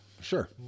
Sure